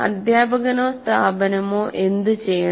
അധ്യാപകനോ സ്ഥാപനമോ എന്തുചെയ്യണം